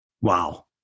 Wow